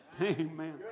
Amen